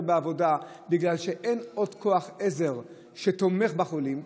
בעבודה בגלל שאין עוד כוח עזר שתומך בחולים.